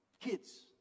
kids